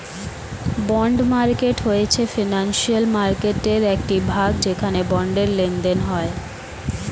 bond market হয়েছে financial মার্কেটয়ের একটি ভাগ যেখানে বন্ডের লেনদেন হয়